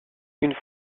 une